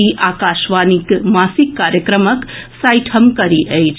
ई आकाशवाणीक मासिक कार्यक्रमक साठिम कड़ी अछि